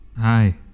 Hi